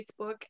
Facebook